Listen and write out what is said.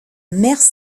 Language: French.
mers